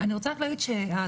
אני רוצה רק להגיד שהעתיד,